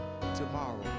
tomorrow